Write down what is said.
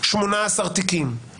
18 תיקים.